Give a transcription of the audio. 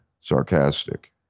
sarcastic